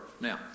Now